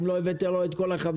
אם לא נתתם לו את כל החבילה?